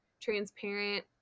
transparent